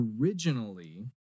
originally